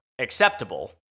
acceptable